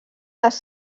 les